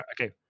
Okay